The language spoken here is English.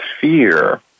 fear